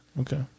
Okay